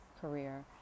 career